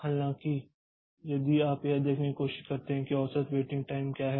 हालांकि यदि आप यह देखने की कोशिश करते हैं कि औसत वेटिंग टाइम क्या है